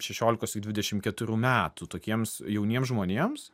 šešiolikos iki dvidešim keturių metų tokiems jauniems žmonėms